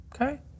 Okay